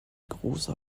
großer